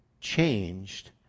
changed